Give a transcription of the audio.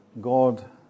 God